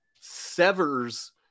severs